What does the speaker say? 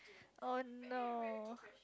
oh no